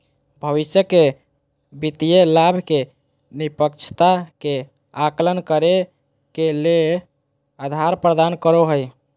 भविष्य के वित्तीय लाभ के निष्पक्षता के आकलन करे ले के आधार प्रदान करो हइ?